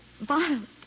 violent